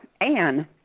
Anne